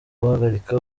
guhagarika